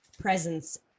presence